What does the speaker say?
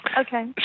Okay